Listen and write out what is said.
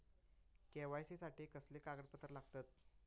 KYC साठी कसली कागदपत्र लागतत?